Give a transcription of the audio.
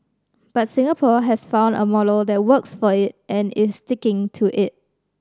but Singapore has found a model that works for it and is sticking to it